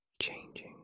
changing